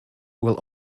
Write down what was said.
will